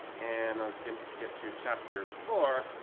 and i'll get to get to chapter four,